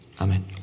Amen